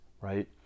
right